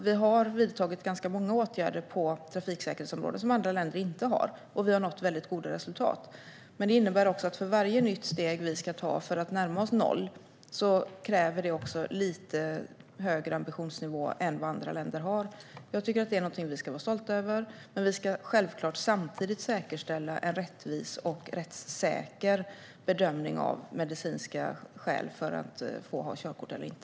Vi har vidtagit ganska många åtgärder på trafiksäkerhetsområdet som andra länder inte har vidtagit, och vi har nått goda resultat. Det innebär dock att varje nytt steg vi tar för att närma oss noll kräver lite högre ambitionsnivå än vad andra länder har. Detta ska vi vara stolta över, men samtidigt ska vi självklart säkerställa en rättvis och rättssäker bedömning av medicinska skäl för att få ha körkort eller inte.